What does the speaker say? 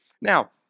Now